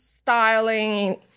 styling